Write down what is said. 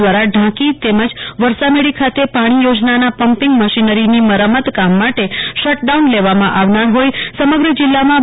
દ્વારા ઢાંકી તેમજ વરસામેડી ખાતે પાણી યોજનાના પંપીગ મશીનરીના મરામત કામ માટે શટડાઉન લેવામાં આવનાર હોઇ સમગ્ર જિલ્લામાં તા